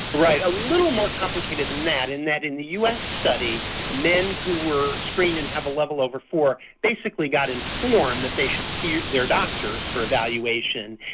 right, a little more complicated than that in that in the us study men who were screened and have a level over four basically got informed that they should see their doctors for evaluation.